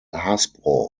hasbro